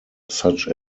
such